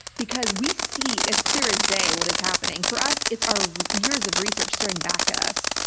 because we see as clear as day what is happening. for us, it's our years of research staring back at us.